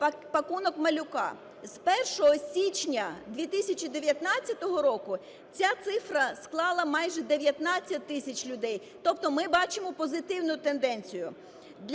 "пакунок малюка". З 1 січня 2019 року ця цифра склала майже дев'ятнадцять тисяч людей, тобто ми бачимо позитивну тенденцію.